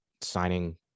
signing